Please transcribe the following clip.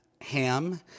Ham